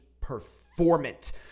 performance